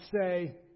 say